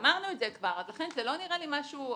אמרנו את זה כבר, לכן, זה לא נראה לי משהו.